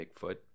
Bigfoot